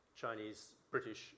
Chinese-British